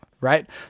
right